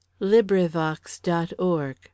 LibriVox.org